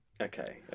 Okay